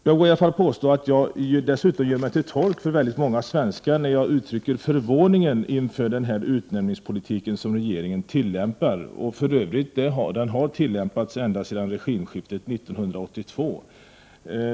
Jag vågar påstå att jag gör mig till tolk för många svenskar när jag uttrycker förvåning inför den utnämningspolitik som regeringen tillämpar och för Övrigt har tillämpat ända sedan regimskiftet 1982.